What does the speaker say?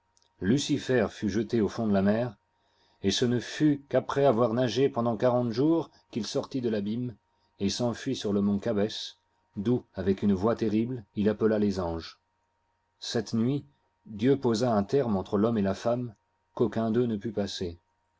lucifer fut jeté au fond de la mer et ce ne fut qu'après avoir nagé pendant quarante jours qu'il sortit de l'abîme et s'enfuit sur le mont cabès d'où avec une voix terrible il appela les anges cette nuit dieu posa un terme entre l'homme et la femme qu'aucun d'eux ne put passer